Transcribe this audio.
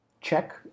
check